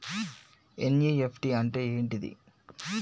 NEFT అంటే ఏంటిది?